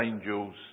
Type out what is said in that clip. angels